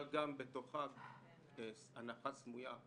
-- אבל גם בתוכה יש הנחה סמויה,